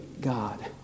God